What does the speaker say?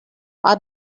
our